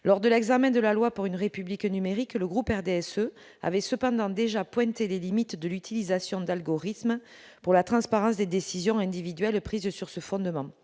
lors de l'examen de la loi pour une République numérique, le groupe RDSE avait cependant déjà pointé les limites de l'utilisation d'algorithmes pour la transparence des décisions individuelles prises sur ce fondement,